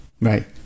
Right